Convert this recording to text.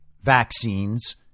vaccines